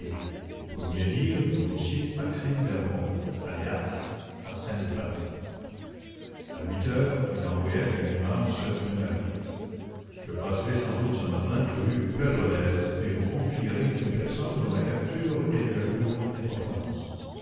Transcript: ou pour mieux dire du dossier maxime bermond alias arsène lupin à huit heures il envoyait à ganimard ce pneumatique je passerai sans doute ce matin rue pergolèse et confierai à vos soins une personne dont la capture est de la plus haute importance